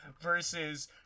versus